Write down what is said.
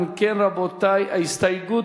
אם כן, רבותי, ההסתייגות,